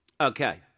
Okay